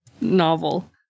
novel